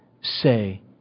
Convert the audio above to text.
say